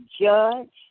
judge